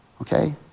Okay